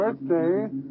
birthday